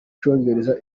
cyongereza